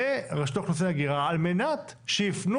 לרשות האוכלוסין וההגירה על מנת שיפנו